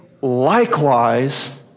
likewise